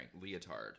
Leotard